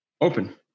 Open